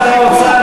שר האוצר,